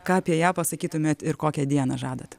ką apie ją pasakytumėt ir kokią dieną žadat